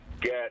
get